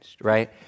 right